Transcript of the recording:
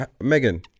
Megan